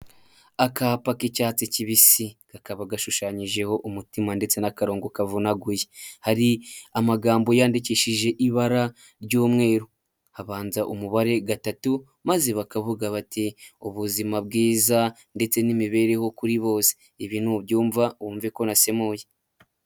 Akapa k'icyatsi kibisi kakaba gashushanyijeho umutima ndetse n'akarongo kavunaguye hari amagambo yandikishije ibara ry'umweru habanza umubare gatatu maze bakavuga bati ubuzima bwiza ndetse n'imibereho kuri bose ibi nubyumva wumve ko nasemuye.